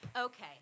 Okay